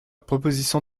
proposition